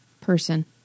Person